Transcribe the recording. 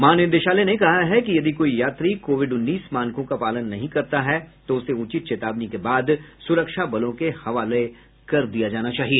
महानिदेशालय ने कहा है कि यदि कोई यात्री कोविड उन्नीस मानकों का पालन नहीं करता है तो उसे उचित चेतावनी के बाद सुरक्षा बलों के हवाले कर दिया जाना चाहिए